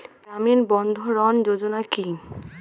গ্রামীণ বন্ধরন যোজনা কি?